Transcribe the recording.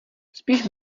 spíš